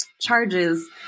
charges